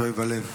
כואב הלב.